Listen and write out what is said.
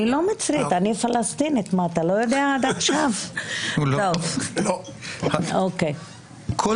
מתואמת טוב מאוד גם עם